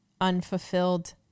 unfulfilled